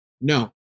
no